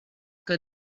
que